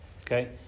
okay